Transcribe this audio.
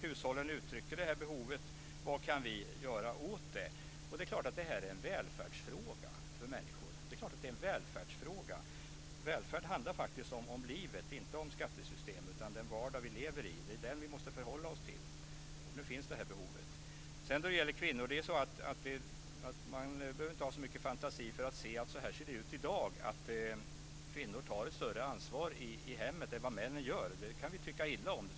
Hushållen uttrycker det här behovet - vad kan vi göra åt det? Det är klart att detta är en välfärdsfråga. Välfärd handlar faktiskt om livet, inte om skattesystemet. Vi måste förhålla oss till den vardag vi lever i. Nu finns det här behovet. När det gäller kvinnorna behöver man inte ha särskilt mycket fantasi för att se hur det ser ut i dag. Kvinnor tar ett större ansvar i hemmen än vad män gör. Man kan visst tycka illa om det.